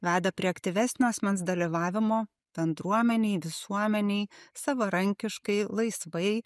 veda prie aktyvesnio asmens dalyvavimo bendruomenėj visuomenėj savarankiškai laisvai